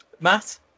Matt